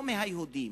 לא מהיהודים.